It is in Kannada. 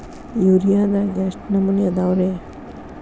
ಯೂರಿಯಾದಾಗ ಎಷ್ಟ ನಮೂನಿ ಅದಾವ್ರೇ?